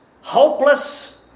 hopeless